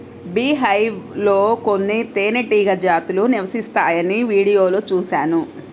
beehive లో కొన్ని తేనెటీగ జాతులు నివసిస్తాయని వీడియోలో చూశాను